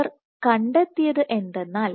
അവർ കണ്ടെത്തിയത് എന്തെന്നാൽ